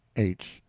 h.